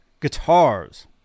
guitars